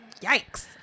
Yikes